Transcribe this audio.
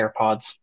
AirPods